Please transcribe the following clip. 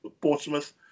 Portsmouth